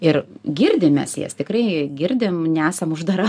ir girdim mes jas tikrai girdim nesam uždara